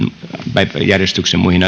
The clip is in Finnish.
päiväjärjestyksen muihin